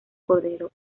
cordero